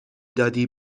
دادی